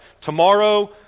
Tomorrow